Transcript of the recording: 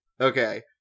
Okay